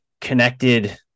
connected